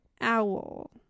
owl